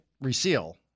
reseal